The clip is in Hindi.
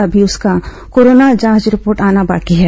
अभी उसका कोरोना जांच रिपोर्ट आना बाकी है